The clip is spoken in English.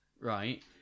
right